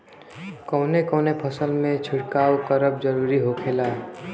कवने कवने फसल में छिड़काव करब जरूरी होखेला?